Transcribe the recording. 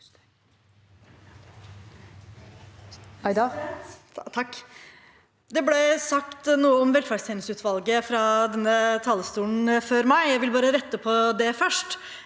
Det ble sagt noe om vel- ferdstjenesteutvalget fra denne talerstolen før meg. Jeg vil bare rette på det først.